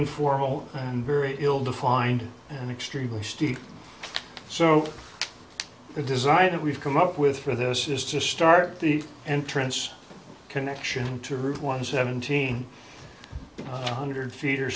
informal and very ill defined and extremely steep so the design that we've come up with for this is to start at the entrance connection to one seventeen hundred feet or